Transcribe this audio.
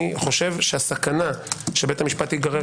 אני חושב שהסכנה שבית המשפט ייגרר